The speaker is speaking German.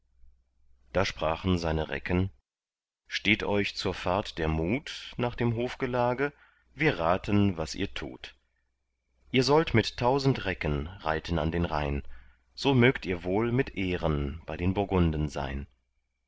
da sprachen seine recken steht euch zur fahrt der mut nach dem hofgelage wir raten was ihr tut ihr sollt mit tausend recken reiten an den rhein so mögt ihr wohl mit ehren bei den burgunden sein